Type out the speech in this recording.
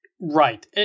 Right